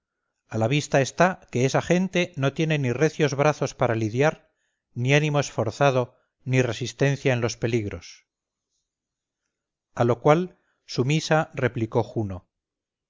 a la vista está que esa gente no tiene ni recios brazos para lidiar ni ánimo esforzado ni resistencia en los peligros a lo cual sumisa replicó juno